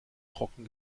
trocken